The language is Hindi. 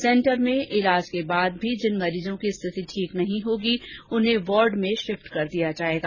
सेंटर में इलाज के बाद भी जिन मरीजों की स्थिति ठीक नहीं होगी उन्हें वार्ड में स्थानांतरित कर दिया जाएगा